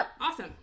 awesome